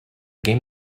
game